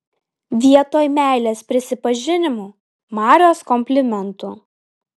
vietoj meilės prisipažinimų marios komplimentų